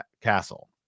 castle